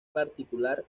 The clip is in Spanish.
particular